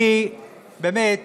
אני באמת